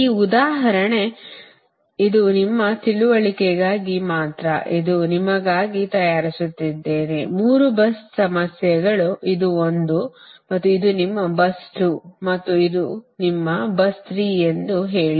ಈ ಉದಾಹರಣೆ ಇದು ನಿಮ್ಮ ತಿಳುವಳಿಕೆಗಾಗಿ ಮಾತ್ರ ಎಂದು ನಿಮಗಾಗಿ ತಯಾರಿಸುತ್ತಿದ್ದೇನೆ 3 bus ಸಮಸ್ಯೆಗಳು ಇದು 1 ಮತ್ತು ಇದು ನಿಮ್ಮ bus 2 ಮತ್ತು ಇದು ನಿಮ್ಮ bus 3 ಎಂದು ಹೇಳಿ